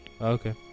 Okay